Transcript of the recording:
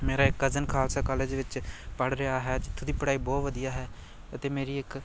ਮੇਰਾ ਇੱਕ cousin Khalsa college ਵਿੱਚ ਪੜ੍ਹ ਰਿਹਾ ਹੈ ਜਿੱਥੋਂ ਦੀ ਪੜ੍ਹਾਈ ਬਹੁਤ ਵਧੀਆ ਹੈ ਅਤੇ ਮੇਰੀ ਇੱਕ